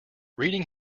reading